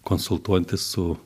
konsultuojantis su